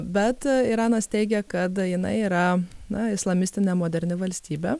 bet iranas teigia kad jinai yra na islamistinė moderni valstybė